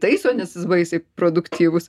taiso nes jis baisiai produktyvus